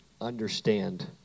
understand